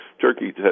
Turkey